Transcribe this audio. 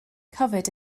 covered